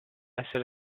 essere